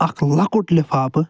اَکھ لۄکُٹ لِفافہٕ